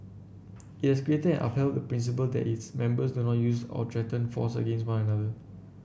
it has created upheld the principle that its members do not use or threaten force against one another